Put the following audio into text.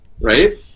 right